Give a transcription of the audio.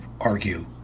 argue